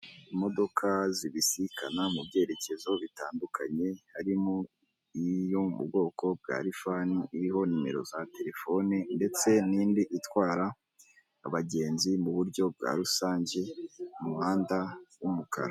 Imodoka zibisikana mu byerekezo bitandukanye, harimo iyo mu bwoko bwa rifani iriho nimero za telefone, ndetse hari n'indi itwara abagenzi mu buryo bwa rusange, mu muhanda w'umukara.